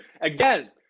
Again